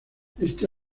este